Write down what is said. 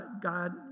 God